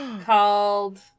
called